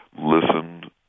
listen